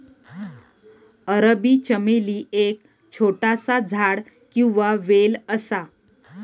अरबी चमेली एक छोटासा झाड किंवा वेल असा